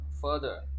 further